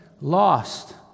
lost